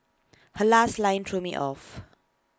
her last line threw me off